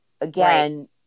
Again